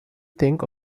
think